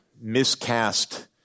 miscast